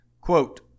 quote